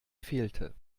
fehlte